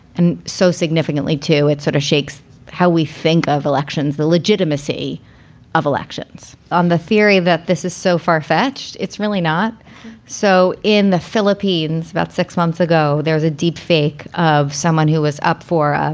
and so significantly it sort of shakes how we think of elections, the legitimacy of elections on the theory that this is so far fetched. it's really not so in the philippines about six months ago. there's a deep fake of someone who is up for ah